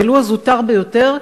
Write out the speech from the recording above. ולו הזוטר ביותר,